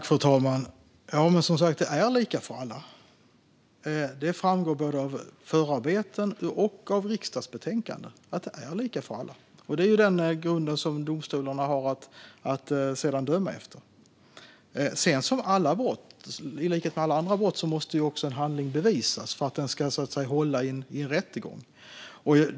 Fru talman! Som sagt: Det är lika för alla. Det framgår av både förarbeten och riksdagsbetänkanden att det är så, och det är denna grund som domstolarna har att döma efter. Sedan, i likhet med alla andra brott, måste en handling bevisas för att det ska hålla i en rättegång.